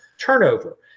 turnover